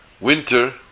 winter